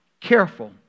careful